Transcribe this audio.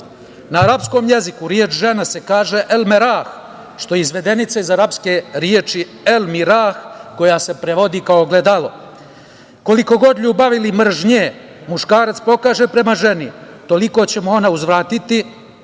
na arapskom jeziku reč žena se kaže „elmerah“, što je izvedenica iz arapske reči „el mirah“, koja se prevodi kao ogledalo. Koliko god ljubavi ili mržnje muškarac pokaže prema ženi, toliko će mu ona uzvratiti,